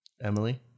Emily